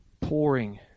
pouring